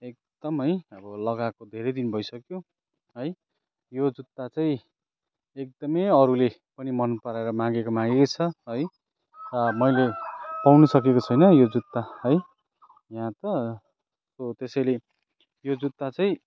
एकदम है अब लगाको धेरै दिन भइसक्यो है यो जुत्ता चाहिँ एकदमै अरूले पनि मन पराएर मागेको मागेकै छ है मैले पाउन सकेको छैन यो जुत्ता है यहाँ त हो त्यसैले यो जुत्ता चाहिँ